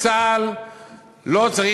צה"ל לא צריך,